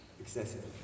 excessive